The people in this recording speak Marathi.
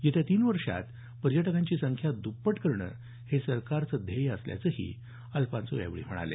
येत्या तीन वर्षांमध्ये पर्यटकांची संख्या दप्पट करणे हे सरकारचे ध्येय असल्याचंही अल्फान्सो यावेळी म्हणाले